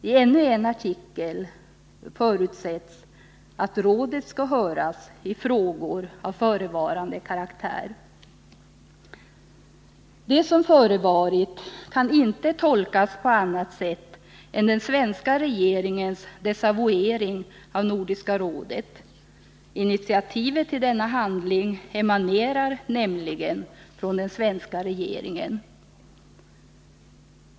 I ännu en artikel förutsätts ”att rådet skall höras i frågor av förevarande karaktär”. Det som förevarit kan inte tolkas på annat sätt än att den svenska regeringen desavouerat Nordiska rådet. Initiativet till denna handling emanerar nämligen från den svenska regeringen.